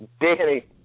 Danny